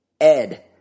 Ed